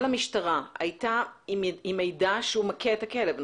אבל התלונה למשטרה הייתה עם מידע שהוא מכה את הכלב,